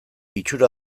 itxura